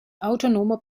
autonomer